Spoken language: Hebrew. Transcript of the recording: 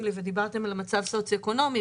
לי ודיברתם על המצב סוציו-אקונומי.